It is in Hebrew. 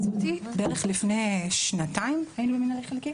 בערך לפני שנתיים היינו במינהלי חלקי.